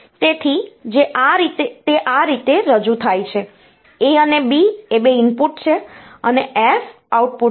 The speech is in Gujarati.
તેથી જે આ રીતે રજૂ થાય છે A અને B એ 2 ઇનપુટ છે અને F એ આઉટપુટ છે